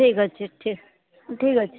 ଠିକ୍ ଅଛି ଠିକ୍ ଅଛି